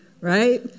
right